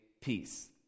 peace